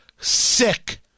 Sick